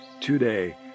Today